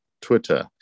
Twitter